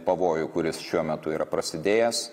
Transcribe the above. pavojų kuris šiuo metu yra prasidėjęs